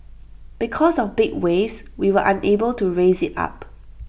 because of big waves we were unable to raise IT up